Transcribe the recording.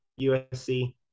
USC